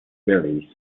very